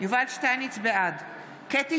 בעד קטי